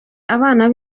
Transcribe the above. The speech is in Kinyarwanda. abana